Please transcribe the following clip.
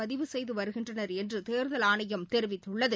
பதிவு செய்து வருகின்றனர் என்று தேர்தல் ஆணையம் தெரிவித்துள்ளது